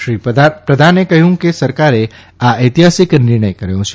શ્રી પ્રધાને કહ્યું કે સરકારે આ ચૈતિહાસિક નિર્ણય કર્યો છે